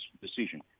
decision